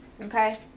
Okay